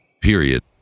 period